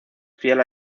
fiel